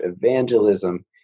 evangelism